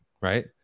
right